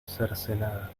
cercenada